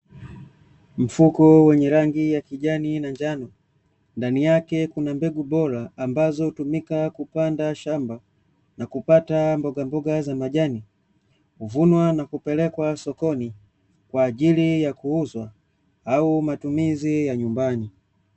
Mfumo wenye rangi ya kijani na njano, ndani yake kuna mbegu bora, ambazo hutumika kupanda shamba, na kupata mbogamboga za majani, huvunwa na kupelekwa sokoni, kwaajili ya kuuzwa au matumizi ya nyumbani.